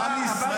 עם ישראל,